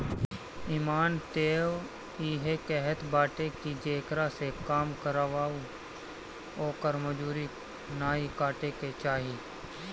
इमान तअ इहे कहत बाटे की जेकरा से काम करावअ ओकर मजूरी नाइ काटे के चाही